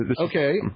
Okay